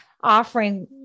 offering